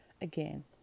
Again